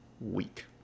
week